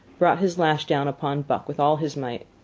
brought his lash down upon buck with all his might.